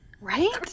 Right